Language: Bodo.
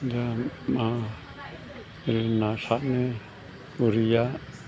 दा मा जोंना सानो बुरैया